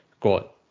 got